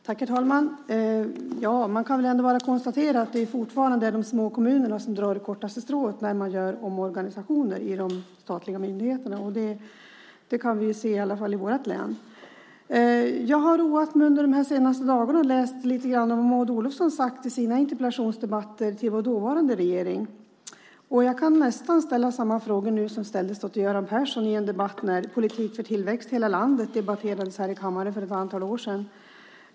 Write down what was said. Herr talman! Man kan ändå konstatera att det fortfarande är de små kommunerna som drar det kortaste strået när omorganisationer görs i de statliga myndigheterna. Det kan vi i alla fall se i mitt hemlän. Jag har under de senaste dagarna roat mig med att läsa lite grann av vad Maud Olofsson sagt i sina interpellationsdebatter med vår dåvarande regering. Jag kan nästan ställa samma fråga nu som då ställdes till Göran Persson i en debatt när politik för tillväxt i hela landet debatterades här i kammaren för ett antal år sedan.